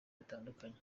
bitandukanye